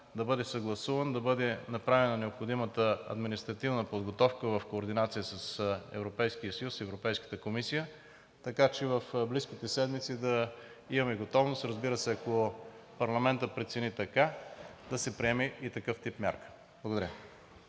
да бъде съгласуван, да бъде направена необходимата административна подготовка в координация с Европейския съюз и Европейската комисия, така че в близките седмици да имаме готовност – разбира се, ако парламентът прецени така, да се приеме и такъв тип мярка. Благодаря.